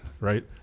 right